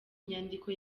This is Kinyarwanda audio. nyandiko